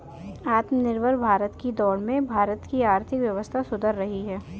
आत्मनिर्भर भारत की दौड़ में भारत की आर्थिक व्यवस्था सुधर रही है